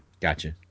gotcha